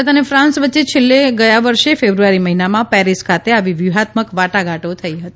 ભારત અને ફાંસ વચ્ચે છેલ્લે ગયા વર્ષે ફેબ્રુઆરી મહિનામાં પેરીસ ખાતે આવી વ્યૂહાત્મક વાટાઘાટો થઇ હતી